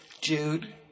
Jude